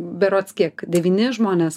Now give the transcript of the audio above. berods kiek devyni žmonės